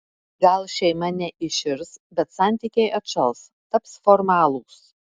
gal šeima neiširs bet santykiai atšals taps formalūs